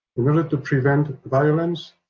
in order to prevent violence,